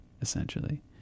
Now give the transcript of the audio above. essentially